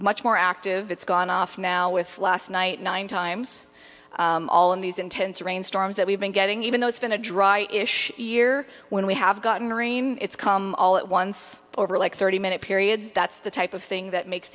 much more active it's gone off now with last night nine times all of these intense rain storms that we've been getting even though it's been a dry ish year when we have got marine it's come all at once over like thirty minute periods that's the type of thing that makes